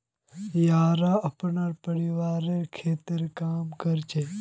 येरा अपनार परिवारेर खेततत् काम कर छेक